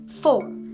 Four